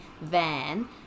van